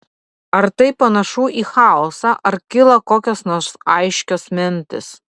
ar tai panašu į chaosą ar kyla kokios nors aiškios mintys